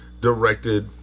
directed